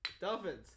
Dolphins